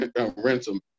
ransom